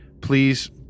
Please